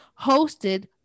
hosted